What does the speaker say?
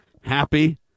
Happy